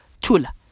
Tula